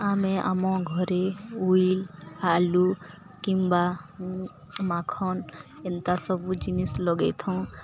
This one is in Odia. ଆମେ ଆମ ଘରେ ଉଇଲ ଆଲୁ କିମ୍ବା ମାଖନ ଏନ୍ତା ସବୁ ଜିନିଷ୍ ଲଗେଇଥାଉଁ